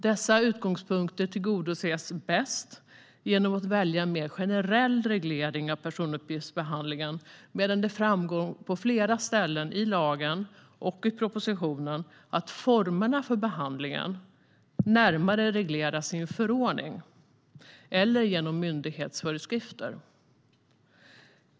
Dessa utgångspunkter tillgodoses bäst genom att man väljer en mer generell reglering av personuppgiftsbehandlingen, medan det framgår på flera ställen i lagen och i propositionen att formerna för behandlingen närmare regleras i en förordning eller genom myndighetsföreskrifter.